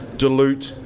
dilute,